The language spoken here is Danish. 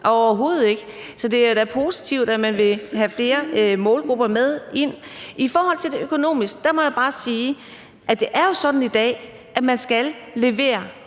overhovedet ikke. Så det er da positivt, at man vil have flere målgrupper med ind. I forhold til det økonomiske må jeg bare sige, at det jo er sådan i dag, at man skal levere